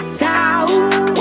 sound